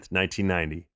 1990